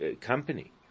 company